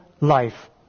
life